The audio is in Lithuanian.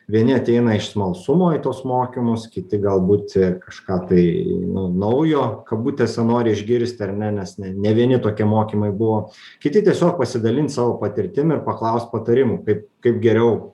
vieni ateina iš smalsumo į tuos mokymus kiti galbūt kažką tai nu naujo kabutėse nori išgirsti ar ne nes ne ne vieni tokie mokymai buvo kiti tiesiog pasidalint savo patirtim ir paklaust patarimų kaip kaip geriau